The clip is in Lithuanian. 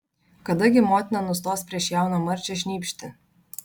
kada gi motina nustos prieš jauną marčią šnypšti